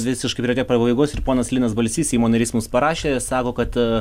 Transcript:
visiškai priartėjo prie pabaigos ir ponas linas balsys seimo narys mums parašė ir sako kad